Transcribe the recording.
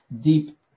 deep